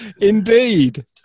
Indeed